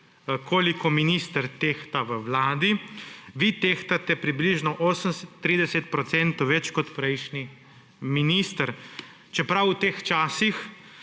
koliko minister tehta v Vladi, vi tehtate približno 38 % več kot prejšnji minister. Čeprav v teh časih,